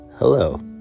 Hello